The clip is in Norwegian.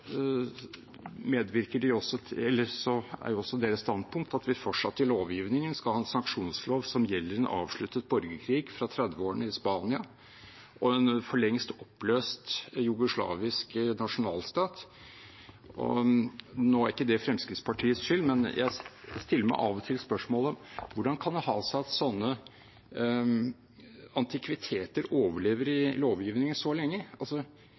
er også deres standpunkt at vi fortsatt i lovgivningen skal ha en sanksjonslov som gjelder en avsluttet borgerkrig fra 1930-årene i Spania og en for lengst oppløst jugoslavisk nasjonalstat. Nå er ikke det Fremskrittspartiets skyld, men jeg stiller meg av og til spørsmålet: Hvordan kan det ha seg at sånne antikviteter overlever i lovgivningen så lenge?